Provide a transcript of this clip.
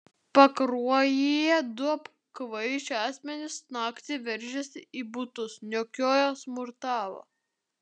pakruojyje du apkvaišę asmenys naktį veržėsi į butus niokojo smurtavo